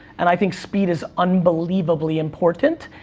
and i think speed is unbelievably important,